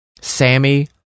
Sammy